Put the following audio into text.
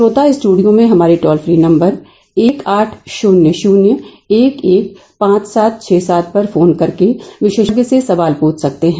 श्रोता स्टूडियो में हमारे टोल फ्री नम्बर एक आठ श्र्न्य श्र्न्य एक एक पांच सात छः सात पर फोन करके विशेषज्ञ से सवाल पूछ सकते हैं